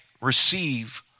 receive